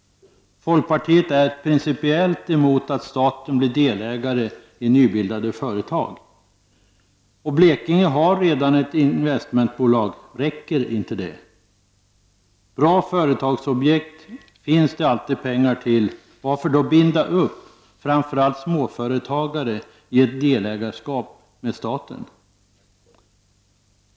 Folkpartiet är principiellt emot att staten blir delägare i nybildade företag. Blekinge har redan ett investmentbolag. Räcker inte det? Bra företagsprojekt finns det alltid pengar till. Varför skall man då binda upp framför allt småföretagare i ett delägarskap med staten?